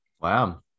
Wow